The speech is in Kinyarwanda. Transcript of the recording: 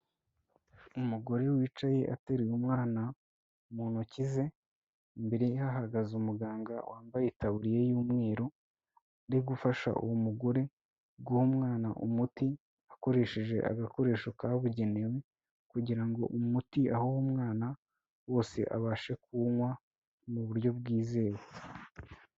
Umugore wicaye ateruye umwana mu ntoki ze, imbere hahagaze umuganga wambaye itaburiya y'umweru, ari gufasha uwo mugore guha umwana umuti akoresheje agakoresho kabugenewe, kugira ngo umuti aha uwo mwana wose abashe kuwunywa mu buryo bwizewe.